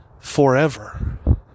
forever